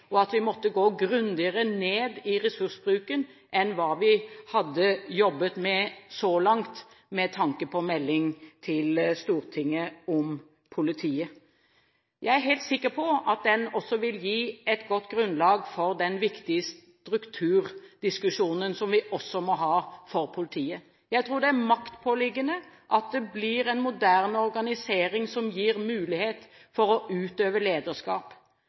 og at vi måtte gå grundigere ned i ressursbruken enn hva vi hadde jobbet med så langt, med tanke på melding til Stortinget om politiet. Jeg er helt sikker på at den også vil gi et godt grunnlag for den viktige strukturdiskusjonen som vi også må ha for politiet. Jeg tror det er maktpåliggende at det blir en moderne organisering som gir mulighet for å utøve lederskap.